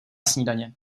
snídaně